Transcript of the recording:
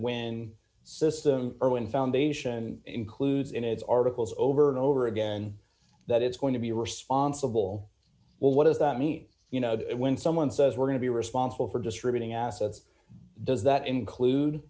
when system erwin foundation includes in its articles over and over again that it's going to be responsible well what does that mean you know when someone says we're going to be responsible for distributing assets does that include